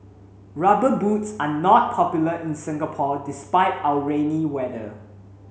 rubber boots are not popular in Singapore despite our rainy weather